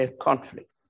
conflict